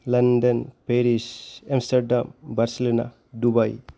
London Paris Amsterdam Barcelona Dubai